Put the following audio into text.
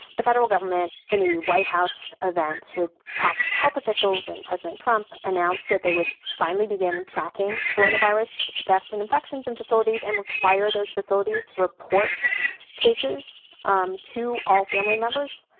the federal government, in a white house event with top health officials and president trump, announced that they would finally begin tracking coronavirus deaths and infections in facilities. and require those facilities to report cases um to all familiar members.